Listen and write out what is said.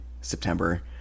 September